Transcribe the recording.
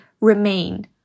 remain